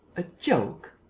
a joke?